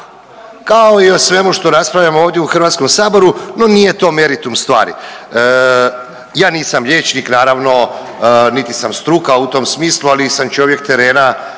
kao i o svemu što raspravljamo ovdje u HS, no nije to meritum stvari. Ja nisam liječnik naravno, niti sam struka u tom smislu, ali sam čovjek terena